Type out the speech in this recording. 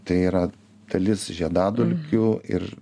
tai yra dalis žiedadulkių ir